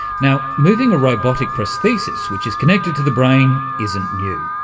now, moving a robotic prosthesis which is connected to the brain isn't new.